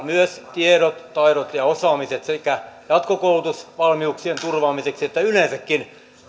myös tiedot taidot ja osaamiset sekä jatkokoulutusvalmiuksien turvaamiseksi että yleensäkin